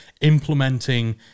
implementing